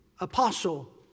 Apostle